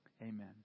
Amen